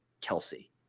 Kelsey